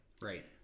Right